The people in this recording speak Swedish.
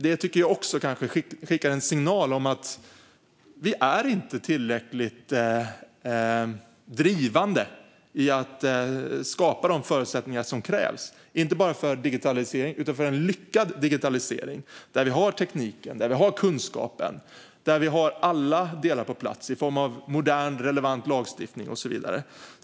Det tycker jag också skickar en signal om att vi inte är tillräckligt drivande i att skapa de förutsättningar som krävs, inte bara för digitalisering utan för en lyckad digitalisering där vi har tekniken, där vi har kunskapen och där vi har alla delar på plats i form av modern, relevant lagstiftning och så vidare.